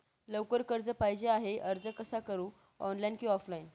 लवकर कर्ज पाहिजे आहे अर्ज कसा करु ऑनलाइन कि ऑफलाइन?